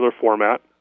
format